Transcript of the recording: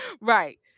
Right